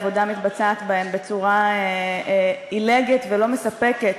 העבודה מתבצעת בהן בצורה עילגת ולא מספקת,